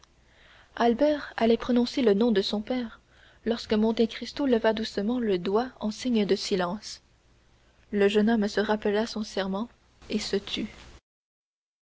albert allait prononcer le nom de son père lorsque monte cristo leva doucement le doigt en signe de silence le jeune homme se rappela son serment et se tut